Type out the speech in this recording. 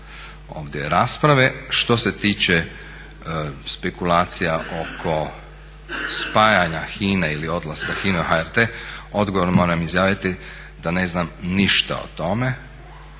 današnje rasprave. Što se tiče spekulacija oko spajanja HINA-e ili odlaska HINA-e u HRT odgovor moram izjaviti da ne znam ništa o tome,